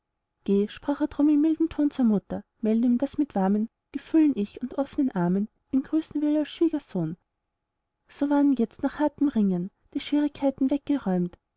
er drum in mildem ton zur mutter meld ihm daß mit warmen gefühlen ich und offnen armen ihn grüßen will als schwiegersohn so waren jetzt nach hartem ringen die schwierigkeiten weggeräumt